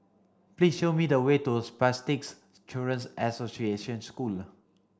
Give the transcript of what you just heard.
please show me the way to Spastics Children's Association School